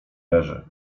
leży